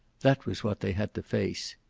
that was what they had to face,